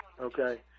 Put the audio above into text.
okay